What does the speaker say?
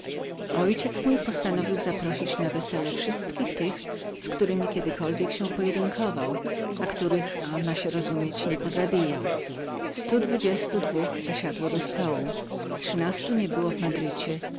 ojciec postanowił zaprosić na wesele wszystkich tych z którymi kiedykolwiek się pojedynkował ma się rozumieć których nie pozabijał sto dwudziestu dwóch zasiadło do stołu trzynastu nie było w madrycie